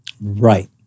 Right